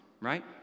right